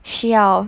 需要